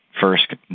first